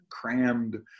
crammed